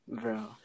Bro